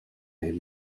made